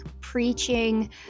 preaching